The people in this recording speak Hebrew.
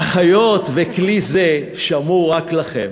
אך היות שכלי זה שמור רק לכם,